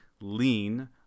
lean